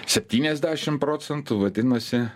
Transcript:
septyniasdešimt procentų vadinasi